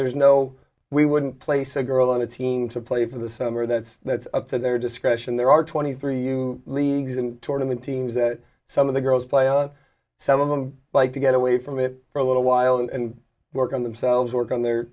there's no we wouldn't place a girl on the team to play for the summer that's that's up to their discretion there are twenty three you leagues and tournament teams that some of the girls play on some of them like to get away from it for a little while and work on themselves work on their